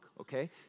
okay